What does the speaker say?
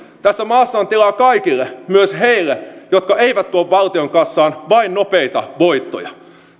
tässä maassa on tilaa kaikille myös heille jotka eivät tuo valtion kassaan vain nopeita voittoja